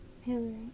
Hillary